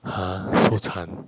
!huh! so 残